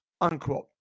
Unquote